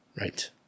Right